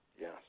yes